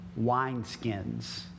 wineskins